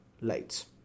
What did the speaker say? lights